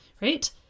right